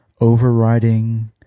overriding